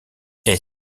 est